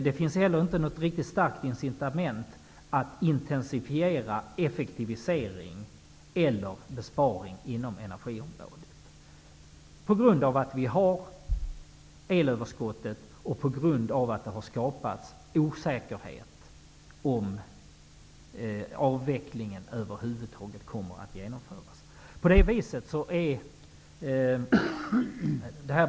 Det finns heller inte något riktigt starkt incitament till att intensifiera effektivisering eller besparing inom energiområdet på grund av att vi har ett elöverskott och på grund av att det har skapats osäkerhet om huruvida avvecklingen över huvud taget kommer att genomföras.